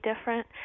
different